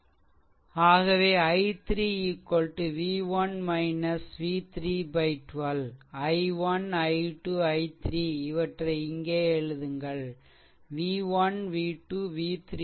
So r ஆகவே i3 v1 v3 12 i1 i 2 i3 இவற்றை இங்கே எழுதுங்கள் v1 v2 v3